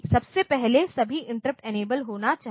सबसे पहले सभी इंटरप्ट इनेबल होना चाहिए